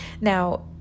Now